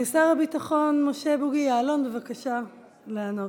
שר הביטחון משה בוגי יעלון, בבקשה לענות.